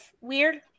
Weird